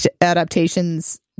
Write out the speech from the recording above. adaptations